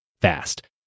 fast